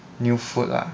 new food lah